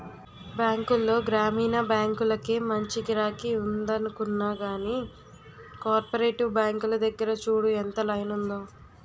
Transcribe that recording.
బాంకుల్లో గ్రామీణ బాంకులకే మంచి గిరాకి ఉందనుకున్నా గానీ, కోపరేటివ్ బాంకుల దగ్గర చూడు ఎంత లైనుందో?